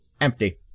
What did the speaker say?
Empty